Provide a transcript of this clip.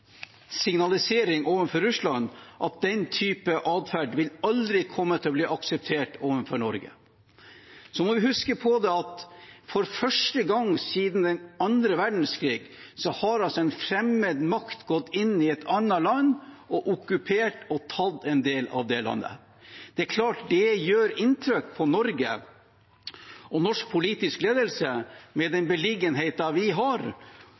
signalisering overfor Russland at den type atferd overfor Norge vil aldri komme til å bli akseptert. Vi må huske på at for første gang siden den andre verdenskrig har en fremmed makt gått inn i et annet land, okkupert og tatt en del av det landet. Klart det gjør inntrykk på Norge og norsk politisk ledelse med den beliggenheten vi